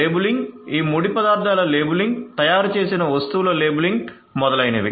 labelling ఈ ముడి పదార్థాల లేబులింగ్ తయారు చేసిన వస్తువుల లేబులింగ్ మొదలైనవి